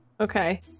Okay